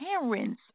parents